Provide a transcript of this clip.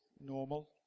normal